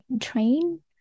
train